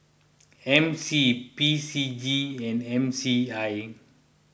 M C P C G and M C I